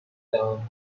term